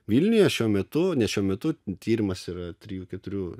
vilniuje šiuo metu nes šiuo metu tyrimas yra trijų keturių